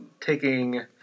taking –